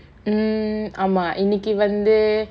mm ஆமா இன்னிக்கு வந்து:aamaa innikku vanthu